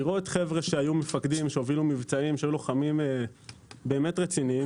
לראות חבר'ה שהיו מפקדים שהובילו מבצעים שהיו לוחמים באמת רציניים,